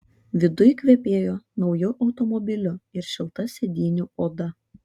viduj kvepėjo nauju automobiliu ir šilta sėdynių oda